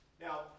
Now